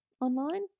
online